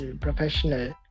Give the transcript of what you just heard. professional